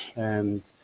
and